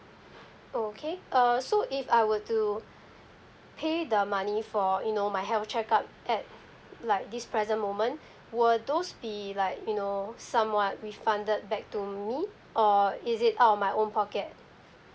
oh okay err so if I were to pay the money for you know my health checkup at like this present moment were those be like you know somewhat refunded back to me or is it out of my own pocket